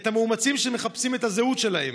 את המאומצים שמחפשים את הזהות שלהם.